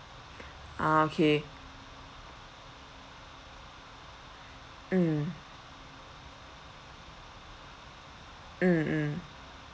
ah okay mm mm mm